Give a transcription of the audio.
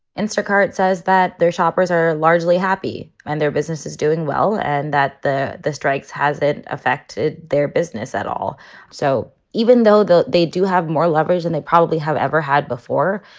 instacart says that their shoppers are largely happy and their business is doing well and that the the strikes has affected their business at all so even though though they do have more levers and they probably have ever had before.